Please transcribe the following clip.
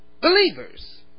Believers